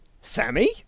Sammy